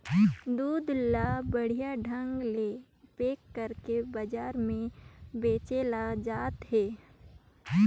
दूद ल बड़िहा ढंग ले पेक कइरके बजार में बेचल जात हे